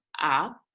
up